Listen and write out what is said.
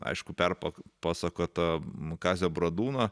aišku perpasakotą kazio bradūno